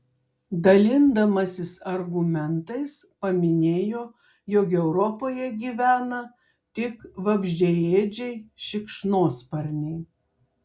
dalindamasis argumentais paminėjo jog europoje gyvena tik vabzdžiaėdžiai šikšnosparniai